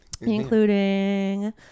Including